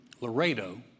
Laredo